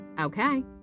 Okay